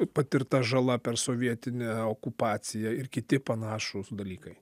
patirta žala per sovietinę okupaciją ir kiti panašūs dalykai